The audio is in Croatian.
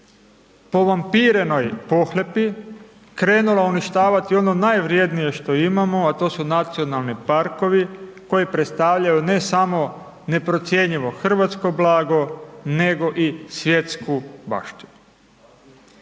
povampirenoj pohlepi krenula uništavati ono najvrijednije što imamo, a to su nacionalni parkovi koji predstavljaju ne samo neprocjenjivo hrvatsko blago nego i svjetsku baštinu.